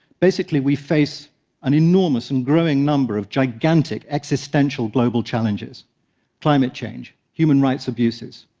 basically, we face an enormous and growing number of gigantic, existential global challenges climate change, human rights abuses,